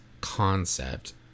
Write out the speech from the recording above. concept